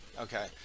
okay